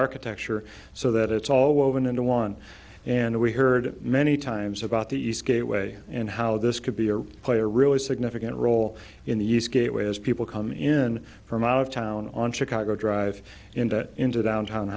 architecture so that it's all woven into one and we heard many times about the eastgate way and how this could be a play a really significant role in the use gateway as people come in from out of town on chicago drive into into downtown